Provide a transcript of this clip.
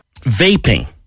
Vaping